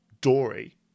Dory